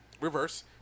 Reverse